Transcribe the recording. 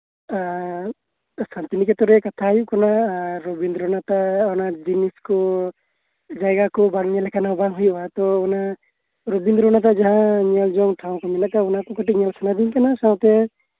ᱦᱮᱸ ᱥᱟᱱᱛᱤᱱᱤᱠᱮᱛᱚᱱ ᱨᱮᱭᱟᱜ ᱠᱟᱛᱷᱟ ᱦᱩᱭᱩᱜ ᱠᱟᱱᱟ ᱨᱚᱵᱤᱱᱫᱚᱨᱚᱱᱟᱛᱷ ᱟᱜ ᱡᱤᱱᱤᱥ ᱠᱚ ᱡᱟᱭᱜᱟ ᱠᱚ ᱵᱟᱢ ᱧᱮᱞ ᱞᱮᱠᱷᱟᱡ ᱵᱟᱝ ᱦᱩᱭᱩᱜᱼᱟ ᱛᱳ ᱚᱱᱟ ᱡᱟᱸᱦᱟ ᱨᱚᱵᱤᱱᱫᱚᱨᱚᱱᱟᱛᱷ ᱟᱜ ᱴᱷᱟᱶ ᱚᱱᱟ ᱴᱩᱠᱩ ᱧᱮᱞ ᱥᱟᱱᱟ ᱡᱚᱝ ᱤᱧ ᱠᱟᱱᱟ ᱥᱟᱶᱛᱮ